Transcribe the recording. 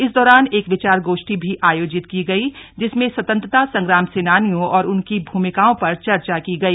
इस दौरान एक विचार गोष्ठी भी आयोजित की गयी जिसमें स्वतंत्रता संग्राम सेनानियों और उनकी भूमिकाओं पर चर्चा की गई